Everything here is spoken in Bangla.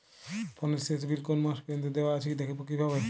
ফোনের শেষ বিল কোন মাস পর্যন্ত দেওয়া আছে দেখবো কিভাবে?